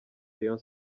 rayon